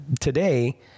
today